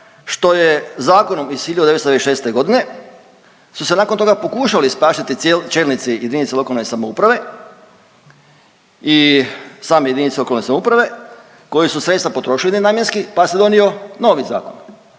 što je zakonom iz 1996. godine su se nakon toga pokušali spasiti čelnici jedinica lokalne samouprave i same jedinice lokalne samouprave koje su sredstva potrošili nenamjenski pa se donio novi zakon